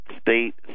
state